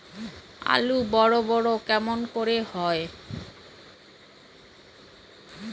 আলু বড় বড় কেমন করে হয়?